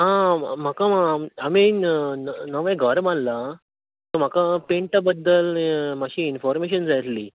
म्हाका आमी नवे घर बांदलां सो म्हाका पेंटा बद्दल मातशी इनफोरमेशन जाय आसली